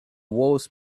wars